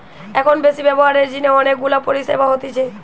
এখন বেশি ব্যবহারের জিনে অনেক গুলা পরিষেবা হতিছে